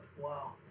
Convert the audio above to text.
Wow